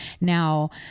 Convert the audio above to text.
Now